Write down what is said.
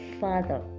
father